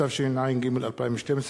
התשע"ג 2012,